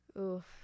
Oof